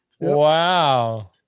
wow